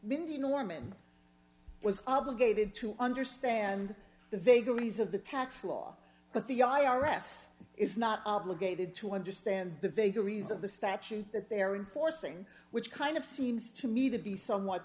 norman was obligated to understand the vagaries of the paks law but the i r s is not obligated to understand the vagaries of the statute that they're enforcing which kind of seems to me to be somewhat